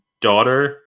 daughter